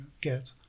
get